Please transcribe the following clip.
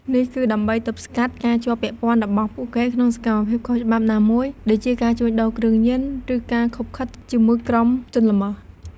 នេះគឺដើម្បីទប់ស្កាត់ការជាប់ពាក់ព័ន្ធរបស់ពួកគេក្នុងសកម្មភាពខុសច្បាប់ណាមួយ ដូចជាការជួញដូរគ្រឿងញៀន ឬការឃុបឃិតជាមួយក្រុមជនល្មើស។